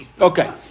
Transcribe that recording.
Okay